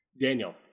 Daniel